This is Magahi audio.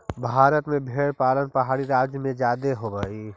भारत में भेंड़ पालन पहाड़ी राज्यों में जादे होब हई